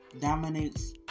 dominates